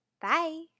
Bye